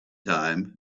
time